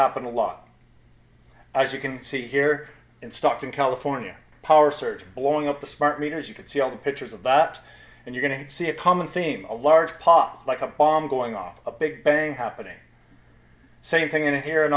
happen a lot as you can see here in stockton california power surge blowing up the smart meters you can see all the pictures of that and you going to see a common theme a large pop like a bomb going off a big bang happening same thing in here in